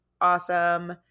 awesome